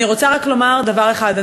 אני רוצה רק לומר דבר אחד.